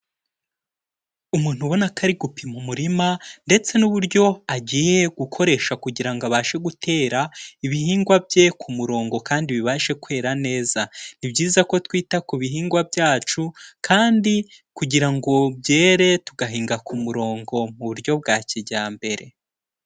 Umuntu ubona ko ari gupima umurima ndetse n'uburyo agiye gukoresha kugira ngo abashe gutera ibihingwa bye ku murongo kandi bibashe kwera neza. Ni byiza ko twita ku bihingwa byacu kandi kugira ngo byere tugahinga ku murongo mu buryo bwa kijyambere.